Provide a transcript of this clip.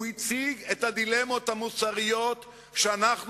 הוא הציג את הדילמות המוסריות שאנחנו